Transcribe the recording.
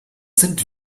sind